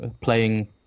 playing